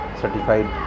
certified